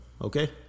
okay